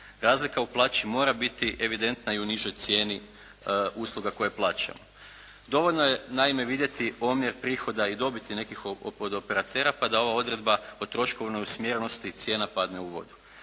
Razlika u plaći mora biti evidentna i u nižoj cijeni usluga koje plaćamo. Dovoljno je naime vidjeti omjer prihoda i dobiti nekih podoperatera, pa da ova odredba o troškovnoj usmjerenosti cijena padne u vodu.